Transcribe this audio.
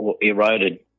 eroded